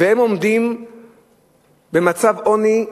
והם עומדים במצב עוני,